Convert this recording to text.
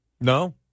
No